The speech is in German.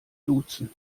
duzen